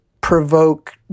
provoke